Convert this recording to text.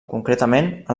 concretament